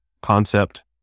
concept